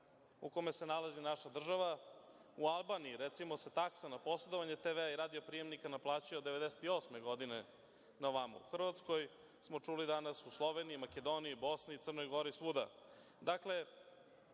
u kome se nalazi naša država. U Albaniji se, recimo, taksa na posedovanje TV-a i radio prijemnika naplaćuje od 1998. godine na ovamo, u Hrvatskoj smo čuli danas, u Sloveniji, Makedoniji, Bosni, Crnoj Gori, svuda. Dakle,